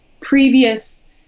previous